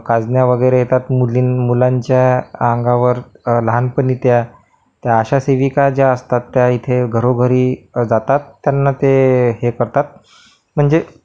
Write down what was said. कांजण्या वगैरे येतात मुलीं मुलांच्या अंगावर लहानपणी त्या ते आशा सेविका ज्या असतात त्या इथे घरोघरी जातात त्यांना ते हे करतात म्हणजे